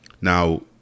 Now